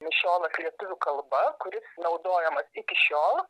mišiolas lietuvių kalba kuris naudojamas iki šiol